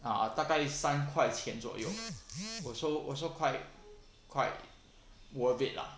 uh 大概三块钱左右 also also quite quite worth it lah